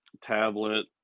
tablet